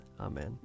Amen